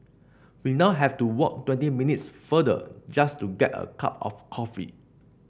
we now have to walk twenty minutes further just to get a cup of coffee